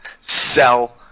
Sell